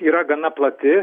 yra gana plati